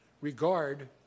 regard